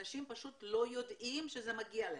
אנשים פשוט לא יודעים שזה מגיע להם.